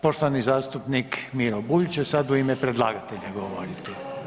Poštovani zastupnik Miro Bulj će sada u ime predlagatelja govoriti.